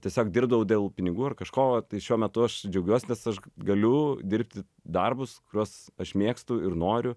tiesiog dirbdavau dėl pinigų ar kažko va tai šiuo metu aš džiaugiuos nes aš galiu dirbti darbus kuriuos aš mėgstu ir noriu